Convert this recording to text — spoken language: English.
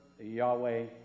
Yahweh